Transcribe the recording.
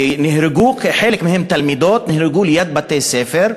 חלק מהם תלמידות, נהרגו ליד בתי-ספר.